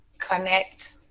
Connect